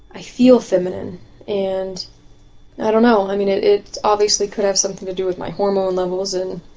i feel feminine and i don't know, i mean it it obviously could have something to do with my hormone levels, and